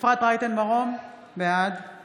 אפרת רייטן מרום, בעד